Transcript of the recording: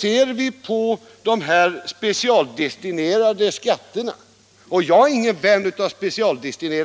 Ser vi på dessa specialdestinerade skatter — jag är dock ingen vän av sådana — finner